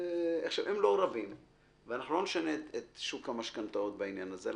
הם לא רבים ואנחנו לא נשנה את שוק המשכנתאות בעניין הזה.